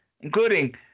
including